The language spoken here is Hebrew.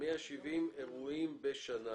כ-170 אירועים בשנה,